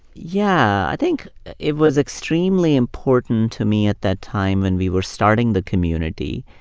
yeah. i think it was extremely important to me at that time when we were starting the community,